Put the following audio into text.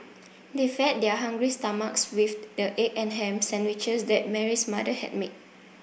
they fed their hungry stomachs with the egg and ham sandwiches that Mary's mother had made